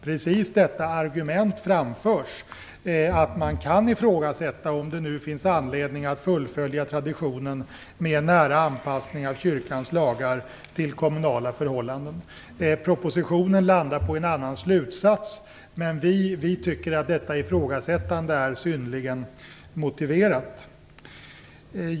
Precis det argumentet framförs att man kan ifrågasätta om det nu finns anledning att fullfölja traditionen med en nära anpassning av kyrkans lagar till kommunala förhållanden. Propositionen landar på en annan slutsats, men vi tycker att detta ifrågasättande är synnerligen motiverat.